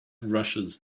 rushes